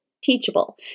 Teachable